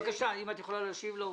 בבקשה, אם את יכולה להשיב לו.